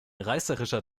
reißerischer